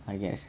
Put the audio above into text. I guess